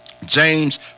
James